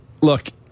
Look